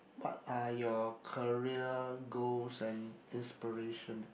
what are your career goals and inspiration